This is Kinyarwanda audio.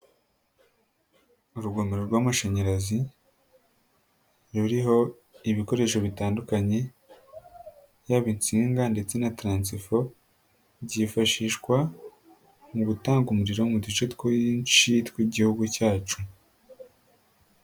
Urugomero rw'amashanyarazi ruriho ibikoresho bitandukanye yaba itsinga, ndetse na taransfo, byifashishwa mu gutanga umuriro mu duce twinshi tw'igihugu cyacu.